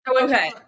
Okay